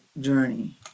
journey